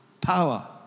power